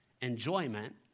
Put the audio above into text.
enjoyment